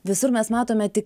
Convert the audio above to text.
visur mes matome tik